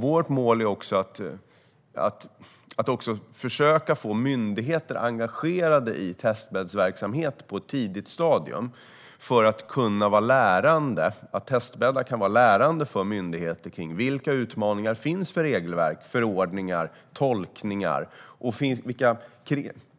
Vårt mål är också att myndigheter ska bli engagerade i testbäddsverksamhet på ett tidigt stadium. Testbäddar kan vara lärorika för myndigheter när det gäller vilka utmaningar som finns för tolkningar av regelverk och förordningar.